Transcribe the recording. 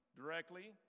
directly